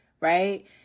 right